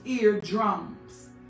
eardrums